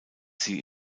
sie